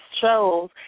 shows